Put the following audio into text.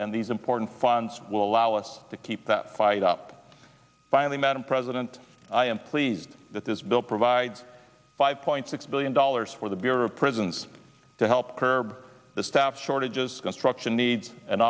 and these important funds will allow us to keep that quiet up finally madam president i am pleased that this bill provides five point six billion dollars for the bureau of prisons to help curb the staff shortages construction needs and